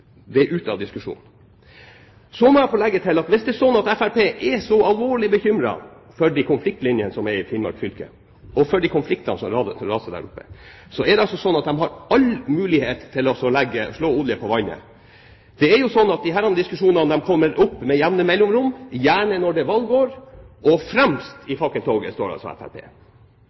Det er ute av diskusjonen. Så må jeg få legge til at hvis det er sånn at Fremskrittspartiet er så alvorlig bekymret for de konfliktlinjene som er i Finnmark fylke, og for de konfliktene som raser der oppe, så er det fullt mulig for dem å helle olje på vannet. Det er jo sånn at disse diskusjonene kommer opp med jevne mellomrom – gjerne når det er valgår – og fremst i fakkeltoget